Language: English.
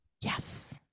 Yes